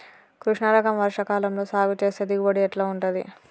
కృష్ణ రకం వర్ష కాలం లో సాగు చేస్తే దిగుబడి ఎట్లా ఉంటది?